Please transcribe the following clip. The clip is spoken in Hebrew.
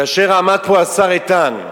כאשר עמד פה השר איתן,